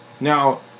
now